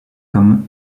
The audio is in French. comme